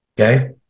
Okay